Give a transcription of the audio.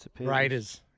Raiders